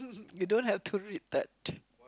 you don't have to read that